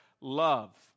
love